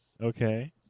Okay